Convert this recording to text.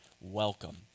Welcome